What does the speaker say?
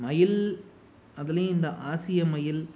மயில் அதிலியும் இந்த ஆசிய மயில்